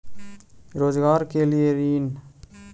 रोजगार के लिए ऋण?